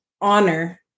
honor